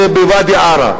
ובוודאי ב-1992,